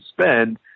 spend